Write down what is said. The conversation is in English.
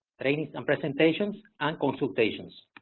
trainings and presentations, and consultations.